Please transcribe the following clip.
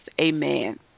amen